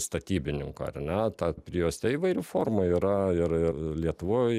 statybininkų ar ne ta prijuostė įvairių formų yra ir ir lietuvoj